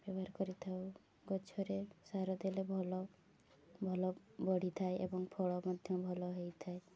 ବ୍ୟବହାର କରିଥାଉ ଗଛରେ ସାର ଦେଲେ ଭଲ ଭଲ ବଢ଼ିଥାଏ ଏବଂ ଫଳ ମଧ୍ୟ ଭଲ ହେଇଥାଏ